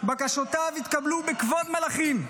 ובקשותיו התקבלו בכבוד מלכים,